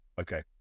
Okay